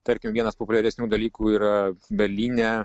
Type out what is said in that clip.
tarkim vienas populiaresnių dalykų yra berlyne